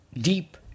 deep